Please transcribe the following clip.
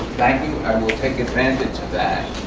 thank you. i will take advantage ah that.